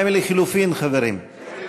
מה עם לחלופין, חברים?